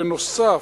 בנוסף,